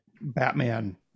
batman